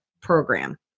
program